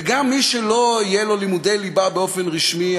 וגם מי שלא יהיו לו לימודי ליבה באופן רשמי,